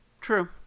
True